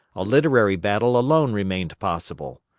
a literary battle alone remained possible.